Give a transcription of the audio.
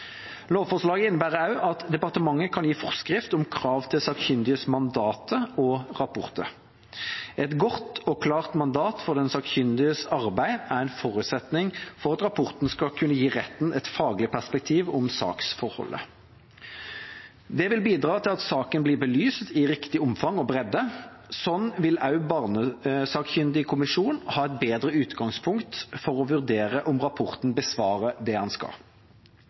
Lovforslaget innebærer også at departementet kan gi forskrift om krav til sakkyndiges mandater og rapporter. Et godt og klart mandat for den sakkyndiges arbeid er en forutsetning for at rapporten skal kunne gi retten et faglig perspektiv om saksforholdet. Det vil bidra til at saken blir belyst i riktig omfang og bredde. Slik vil også Barnesakkyndig Kommisjon ha et bedre utgangspunkt for å vurdere om rapporten besvarer det den skal.